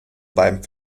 beim